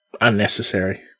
unnecessary